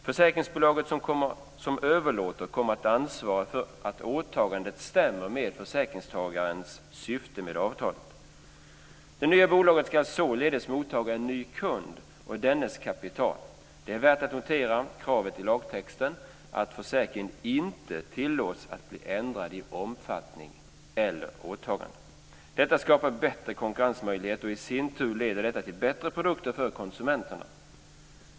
Försäkringsbolaget som överlåter kommer att ansvara för att åtagandet stämmer med försäkringstagarens syfte med avtalet. Det nya bolaget ska således mottaga en ny kund och dennes kapital. Det är värt att notera kravet i lagtexten att försäkringen inte tillåts att bli ändrad i omfattning eller åtagande. Detta skapar bättre konkurrensmöjligheter, och det i sin tur leder till bättre produkter för konsumenterna.